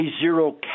zero